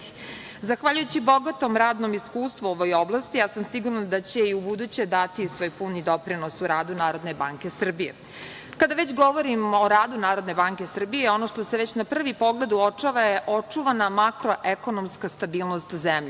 Zahvaljujući bogatom radnom iskustvu u ovoj oblasti, ja sam sigurna da će i ubuduće dati svoj puni doprinos u radu NBS.Kada već govorim o radu NBS, ono što se već na prvi pogled uočava je očuvana makro-ekonomska stabilnost zemlje.